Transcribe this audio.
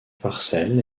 parcelle